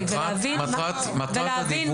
מטרת הדיווח